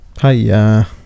Hiya